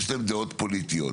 יש להם דעות פוליטיות.